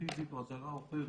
פיזי או הדרה או אחר,